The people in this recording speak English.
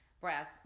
breath